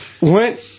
Went